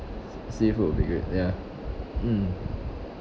seafood will be good ya mm